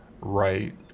right